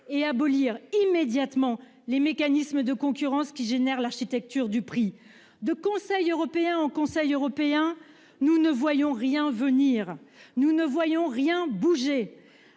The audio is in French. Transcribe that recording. et abolir immédiatement les mécanismes de concurrence qui génère l'architecture du prix de conseil européen au Conseil européen. Nous ne voyons rien venir, nous ne voyons rien bouger.